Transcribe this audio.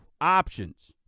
Options